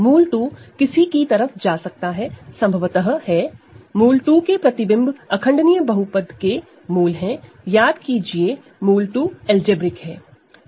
√2 किसी की तरफ जा सकता है संभवत है √2 की इमेज इररेडूसिबल पॉलीनॉमिनल के रूट है याद कीजिए √2 अलजेब्रिक है